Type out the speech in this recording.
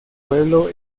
pueblo